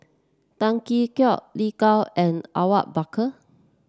Tan Tee Yoke Lin Gao and Awang Bakar